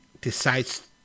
decides